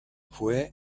fue